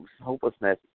hopelessness